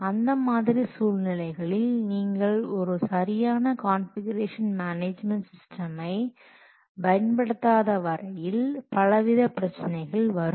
அந்த மாதிரி சூழ்நிலைகளில் நீங்கள் ஒரு சரியான கான்ஃபிகுரேஷன் மேனேஜ்மென்ட் சிஸ்டமை பயன்படுத்தாத வரையில் பலவித பிரச்சனைகள் வரும்